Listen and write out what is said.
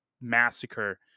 massacre